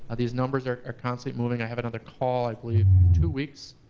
these numbers are are constantly moving. i have another call, i believe two weeks.